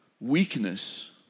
weakness